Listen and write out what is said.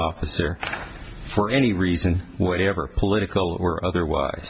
officer for any reason whatever political or otherwise